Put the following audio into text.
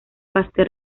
pastel